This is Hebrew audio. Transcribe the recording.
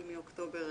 אבל מאוקטובר